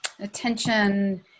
attention